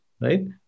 right